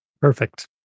perfect